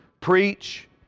preach